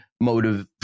motive